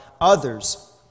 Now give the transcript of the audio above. others